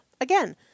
Again